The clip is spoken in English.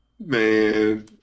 Man